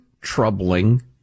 troubling